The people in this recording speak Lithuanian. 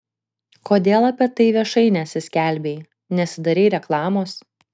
kodėl apie tai viešai nesiskelbei nesidarei reklamos